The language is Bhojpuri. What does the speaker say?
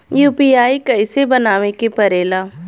यू.पी.आई कइसे बनावे के परेला?